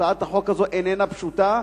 הצעת החוק הזאת איננה פשוטה,